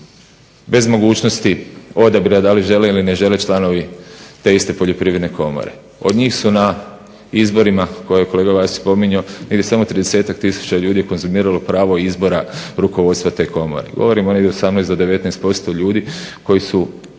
bez mogućnosti odabira da li žele ili ne žele članovi te iste Poljoprivredne komore. Od njih su na izborima koje je kolega Vasić spominjao bili samo tridesetak tisuća ljudi konzumiralo pravo izbora rukovodstva te komore. Govorimo samo od 18 do 19% ljudi koji su